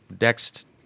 next